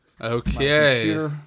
Okay